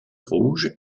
rouge